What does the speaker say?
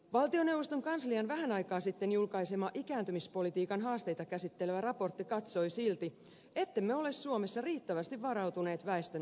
valtioneuvoston kanslian vähän aikaa sitten julkaisema ikääntymispolitiikan haasteita käsittelevä raportti katsoi silti ettemme ole suomessa riittävästi varautuneet väestön ikääntymiseen